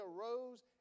arose